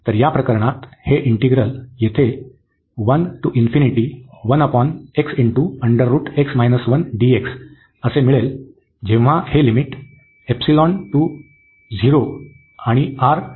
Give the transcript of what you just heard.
तर या प्रकरणात हे इंटिग्रल येथे मिळेल जेव्हा हे लिमिट to 0 आणि R to पर्यंत घेतो